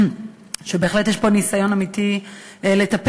ובהחלט יש פה ניסיון אמיתי לטפל,